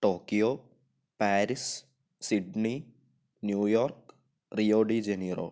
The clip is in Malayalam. Tokyo Paris Sydney New York Rio de Janeiro